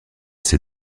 ces